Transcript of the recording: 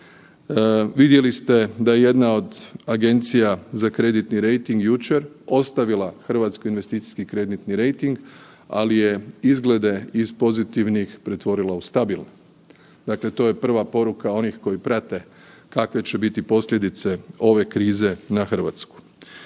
Vidjeli ste da je jedna od Agencija za kreditni rejting jučer ostavila RH investicijski kreditni rejting, ali je izglede iz pozitivnih pretvorila u stabilne. Dakle, to je prva poruka onih koji prate kakve će biti posljedice ove krize na RH.